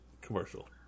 commercial